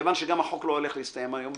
כיוון שגם החוק לא הולך להסתיים היום,